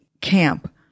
camp